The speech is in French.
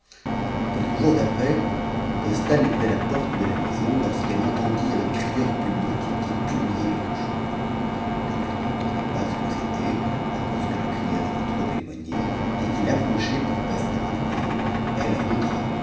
quelques jours après bostane était à a porte de la maison lorsqu'elle entendit un crieur public qui publiait quelque chosecomme elle n'entendait pas ce que c'était à cause que le crieur était trop éloigné et qu'il approchait pour passer devant la maison elle rentra